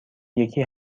یکی